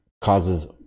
causes